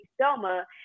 Selma